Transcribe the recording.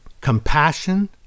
Compassion